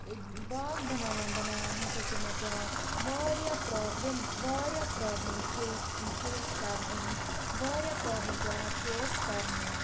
باغ بَناوان بَناوان ہَسا چھِ مےٚ پٮ۪وان واریاہ پرٛابلِم واریاہ پرٛابلِم فیس فیس کَرنہِ واریاہ پرٛابلِم پٮ۪وان فیس کَرنہِ